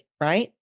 right